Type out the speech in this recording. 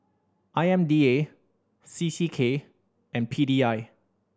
I M D A C C K and P D I